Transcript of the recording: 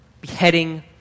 beheading